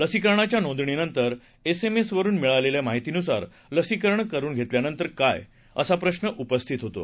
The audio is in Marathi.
लसीकरणाच्या नोंदणीनंतर एसएमएस वरून मिळालेल्या माहितीनुसार लसीकरण करुन घेतल्यानंतर काय असा प्रश्न उपस्थित होतो